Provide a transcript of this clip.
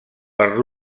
per